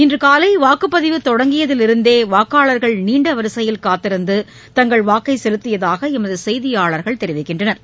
இன்றுகாலைவாக்குப்பதிவு தொடங்கியதிலிருந்தேவாக்காளர்கள் நீண்டவரிசையில் காத்திருந்த தங்கள் வாக்கைசெலுத்தியதாகளமதுசெய்தியாளா்கள் தெரிவிக்கின்றனா்